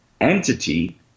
entity